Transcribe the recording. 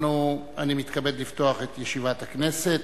אני מתכבד לפתוח את ישיבת הכנסת.